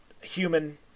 human